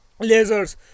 lasers